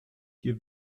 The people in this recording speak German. hier